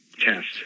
test